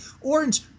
Orange